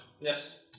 Yes